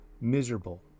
miserable